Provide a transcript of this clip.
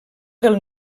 del